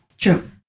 True